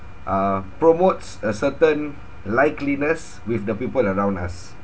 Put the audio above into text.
uh promotes a certain likeliness with the people around us